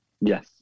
Yes